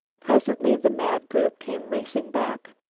presently the mad group came racing back.